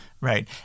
Right